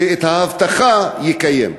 שאת ההבטחה יקיים.